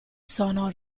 sono